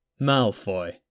Malfoy